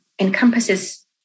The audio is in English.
encompasses